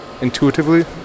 intuitively